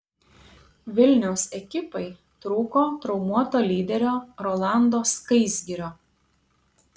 vilniaus ekipai trūko traumuoto lyderio rolando skaisgirio